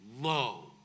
low